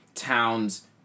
Towns